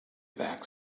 back